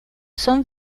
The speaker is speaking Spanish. son